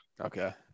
Okay